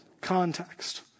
context